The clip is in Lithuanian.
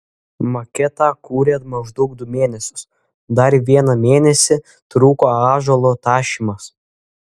maketą kūrė maždaug du mėnesius dar vieną mėnesį truko ąžuolo tašymas